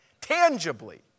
tangibly